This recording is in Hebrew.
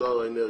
ולשר האנרגיה,